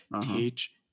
teach